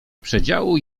przedziału